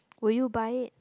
will you buy it